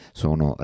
sono